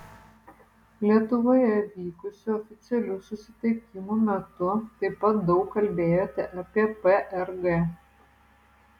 lietuvoje vykusių oficialių susitikimų metu taip pat daug kalbėjote apie prg